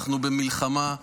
אנחנו במלחמה,